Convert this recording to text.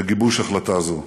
לגיבוש החלטה זו.